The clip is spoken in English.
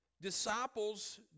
Disciples